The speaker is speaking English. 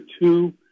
two